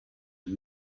and